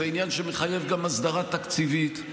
זה עניין שמחייב גם הסדרה תקציבית.